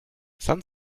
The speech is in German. san